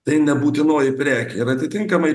tai ne būtinoji prekė ir atitinkamai